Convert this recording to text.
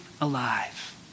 alive